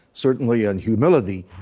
certainly, and humility,